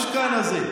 במשכן הזה.